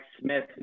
Smith